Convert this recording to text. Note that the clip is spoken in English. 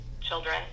children